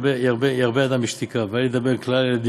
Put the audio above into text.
לעולם ירבה אדם בשתיקה ואל ידבר כלל אלא